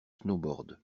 snowboard